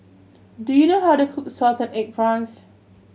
do you know how to cook salted egg prawns